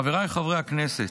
חבריי חברי הכנסת,